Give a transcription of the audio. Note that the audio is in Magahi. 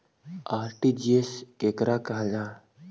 आर.टी.जी.एस केकरा कहल जा है?